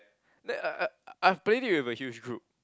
then uh uh I've played it with a huge group